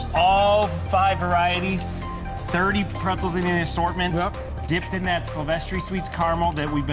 all five varieties thirty pretzels in in the assortment dipped in that silvestri sweets caramel that